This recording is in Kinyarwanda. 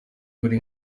buri